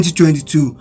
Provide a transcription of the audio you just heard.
2022